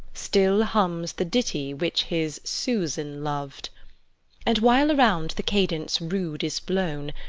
still hums the ditty which his susan loved and while around the cadence rude is blown,